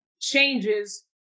changes